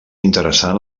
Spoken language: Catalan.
interessant